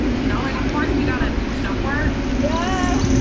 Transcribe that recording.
you know, like, of course we got to do some work. yeah.